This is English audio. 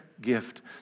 gift